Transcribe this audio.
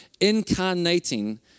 incarnating